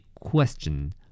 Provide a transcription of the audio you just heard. question